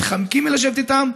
מתחמקים מלשבת איתם.